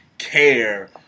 Care